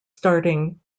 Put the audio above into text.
starting